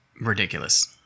ridiculous